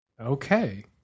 okay